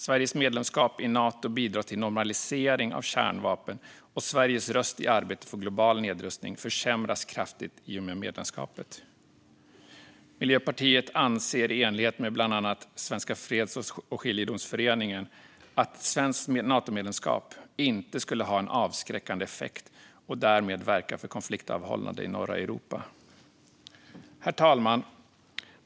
Sveriges medlemskap i Nato bidrar till normalisering av kärnvapen, och Sveriges röst i arbetet för global nedrustning försämras kraftigt i och med medlemskapet. Miljöpartiet anser i enlighet med bland annat Svenska Freds och Skiljedomsföreningen att ett svenskt Natomedlemskap inte skulle ha en avskräckande effekt och därmed verka för konfliktavhållande i norra Europa. Herr talman!